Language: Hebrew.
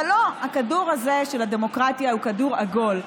אבל לא, הכדור הזה של הדמוקרטיה הוא כדור עגול.